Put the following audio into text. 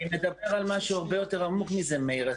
אני מדבר על משהו הרבה יותר עמוק מזה, מאיר.